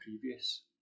previous